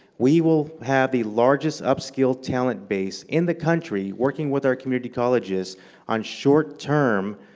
we will have the largest upscale talent base in the country working with our community colleges on short term